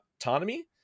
autonomy